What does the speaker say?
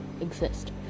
exist